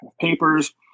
papers